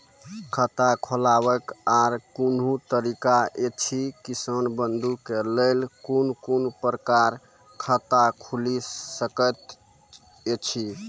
खाता खोलवाक आर कूनू तरीका ऐछि, किसान बंधु के लेल कून कून प्रकारक खाता खूलि सकैत ऐछि?